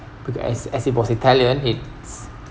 because as as it was italian it's